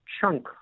chunk